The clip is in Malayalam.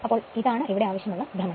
അപ്പോൾ ഇതാണ് ഇവിടെ ആവശ്യമുള്ള ഭ്രമണം